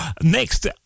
Next